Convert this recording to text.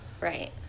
right